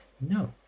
No